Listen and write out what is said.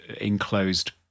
enclosed